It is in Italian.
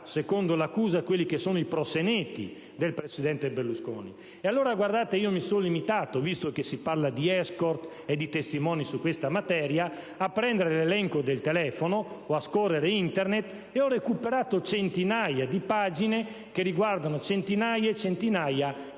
secondo l'accusa, i prosseneti del presidente Berlusconi. Guardate, mi sono limitato, visto che si parla di *escort* e di testimoni su questa materia, a prendere l'elenco del telefono o a scorrere Internet e ho recuperato centinaia di pagine che riguardano centinaia e centinaia di